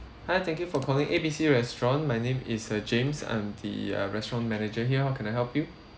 hi thank you for calling A B C restaurant my name is uh james I'm the uh restaurant manager here how can I help you